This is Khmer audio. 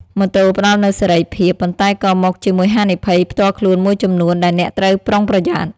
ម៉ូតូផ្តល់នូវសេរីភាព ប៉ុន្តែក៏មកជាមួយហានិភ័យផ្ទាល់ខ្លួនមួយចំនួនដែលអ្នកត្រូវប្រុងប្រយ័ត្ន។